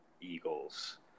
Eagles